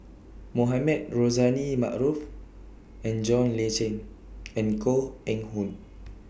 Mohamed Rozani Maarof and John Le Cain and Koh Eng Hoon